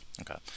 Okay